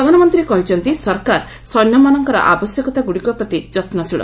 ପ୍ରଧାନମନ୍ତ୍ରୀ କହିଛନ୍ତି ସରକାର ସୈନ୍ୟମାନଙ୍କର ଆବଶ୍ୟକତା ଗ୍ରଡିକ ପ୍ରତି ଯତ୍ରଶୀଳ